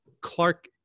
Clark